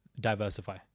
diversify